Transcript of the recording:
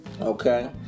Okay